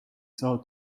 saa